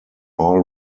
all